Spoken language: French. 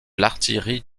l’artillerie